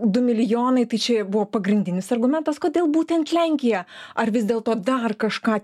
du milijonai tai čia buvo pagrindinis argumentas kodėl būtent lenkija ar vis dėlto dar kažką